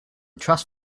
trust